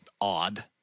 odd